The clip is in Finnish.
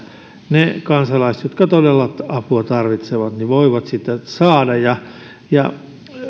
ne kansalaiset jotka todella apua tarvitsevat voivat sitä saada